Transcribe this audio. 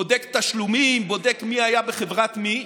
בודק תשלומים, בודק מי היה בחברת מי,